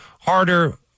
harder